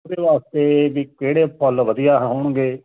ਉਹਦੇ ਵਾਸਤੇ ਵੀ ਕਿਹੜੇ ਫੁੱਲ ਵਧੀਆ ਹੋਣਗੇ